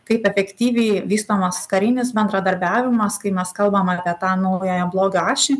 kaip efektyviai vystomas karinis bendradarbiavimas kai mes kalbame apie tą naująją blogio ašį